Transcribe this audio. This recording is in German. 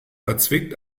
verzwickt